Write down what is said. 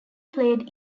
played